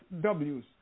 W's